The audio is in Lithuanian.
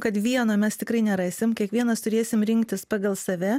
kad vieno mes tikrai nerasim kiekvienas turėsim rinktis pagal save